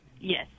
Yes